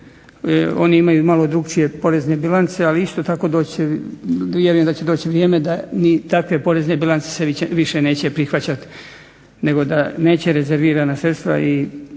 oni imaju malo drukčije povijesne bilance ali isto tako doći će, vjerujem da će doći vrijeme da takve porezne bilance više se neće prihvaćati nego da neće rezervirana sredstva i